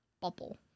bubble